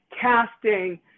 casting